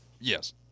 Yes